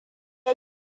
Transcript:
ya